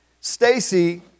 Stacy